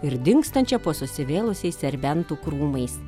ir dingstančią po susivėlusiais serbentų krūmais